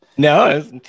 No